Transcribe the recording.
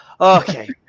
Okay